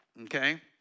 Okay